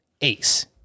ace